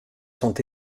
sont